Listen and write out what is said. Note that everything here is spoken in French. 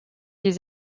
des